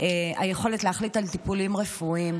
והיכולת להחליט על טיפולים רפואיים,